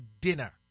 dinner